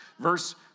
verse